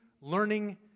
learning